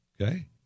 Okay